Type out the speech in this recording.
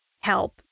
help